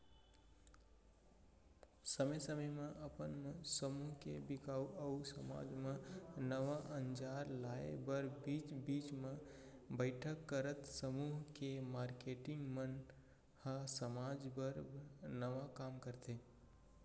समे समे म अपन समूह के बिकास अउ समाज म नवा अंजार लाए बर बीच बीच म बइठक करत समूह के मारकेटिंग मन ह समाज बर नवा काम करथे